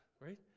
Right